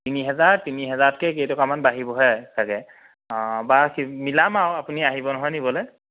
তিনি হাজাৰ তিনি হাজাৰতকৈ কেই টকামান বাঢ়িবহে চাগৈ বা মিলাম আৰু আপুনি আহিব নহয় নিবলৈ